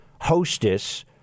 hostess